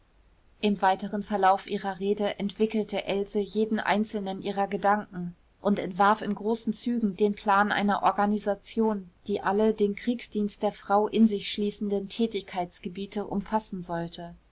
im weiteren verlauf ihrer rede entwickelte else jeden einzelnen ihrer gedanken und entwarf in großen zügen den plan einer organisation die alle den kriegsdienst der frau in sich schließenden tätigkeitsgebiete umfassen sollte